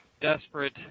desperate